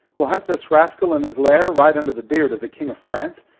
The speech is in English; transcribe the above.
we'll hunt this rascal in his lair, right under the beard of the king of france,